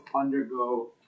undergo